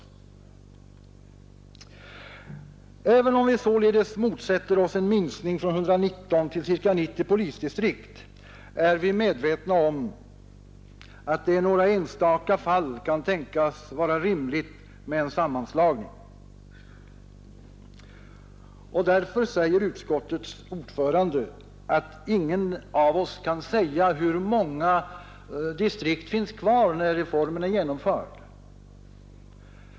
Även om vi således motsätter oss en minskning från 119 till ca 90 polisdistrikt, är vi medvetna om att det i några enstaka fall kan tänkas vara rimligt med en sammanslagning. Utskottets ordförande framhöll därför också att ingen av oss kan säga hur många distrikt som finns kvar när reformen är genomförd.